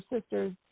sister's